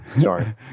sorry